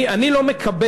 אני לא מקבל,